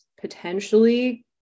potentially